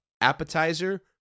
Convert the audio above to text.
appetizer